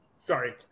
Sorry